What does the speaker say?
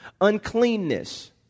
Uncleanness